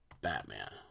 Batman